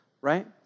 right